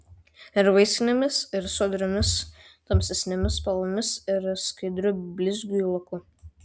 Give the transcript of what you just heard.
ir vaisinėmis ir sodriomis tamsesnėmis spalvomis ir skaidriu blizgiui laku